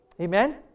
Amen